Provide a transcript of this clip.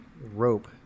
rope